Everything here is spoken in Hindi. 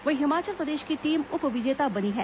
वहीं हिमाचल प्रदेश की टीम उप विजेता बनी है